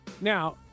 Now